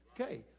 Okay